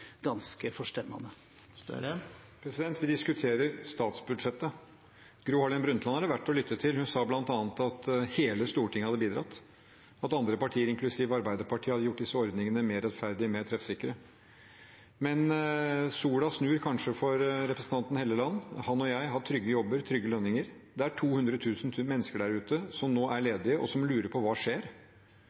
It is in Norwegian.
verdt å lytte til. Hun sa bl.a. at hele Stortinget hadde bidratt, og at andre partier, inklusiv Arbeiderpartiet, hadde gjort disse ordningene mer rettferdige og mer treffsikre. Men sola snur kanskje for representanten Helleland – han og jeg har trygge jobber, trygge lønninger. Det er 200 000 mennesker der ute som nå er ledige, og som lurer på: Hva skjer?